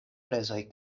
prezoj